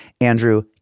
Andrew